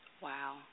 Wow